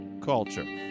Culture